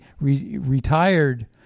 retired